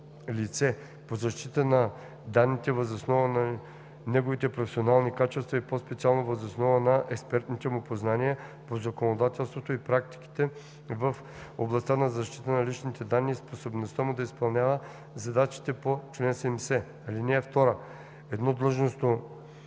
лице по защита на данните въз oснова на неговите професионални качества и по-специално въз основа на експертните му познания по законодателството и практиките в областта на защитата на личните данни и способността му да изпълнява задачите по чл. 70. (2) Едно длъжностно